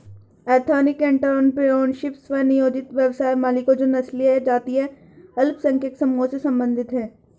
ethnic entrepreneurship, स्व नियोजित व्यवसाय मालिकों जो नस्लीय या जातीय अल्पसंख्यक समूहों से संबंधित हैं